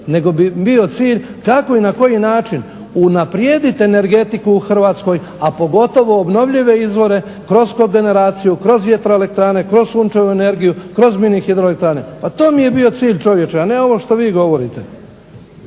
Nego mi je bio cilj kako i na koji način unaprijediti energetiku u Hrvatskoj, a pogotovo obnovljive izvore kroz koordinaciju, kroz vjetroelektrane, kroz sunčevu energiju, kroz mini hidroelektrane. Pa to mi je bio cilj čovječe, a ne ovo što vi govorite.